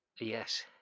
Yes